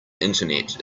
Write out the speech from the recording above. internet